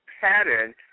pattern